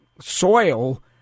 soil